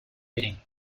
bidding